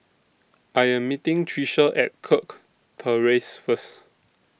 I Am meeting Tricia At Kirk Terrace First